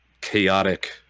chaotic